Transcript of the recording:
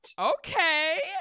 Okay